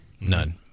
none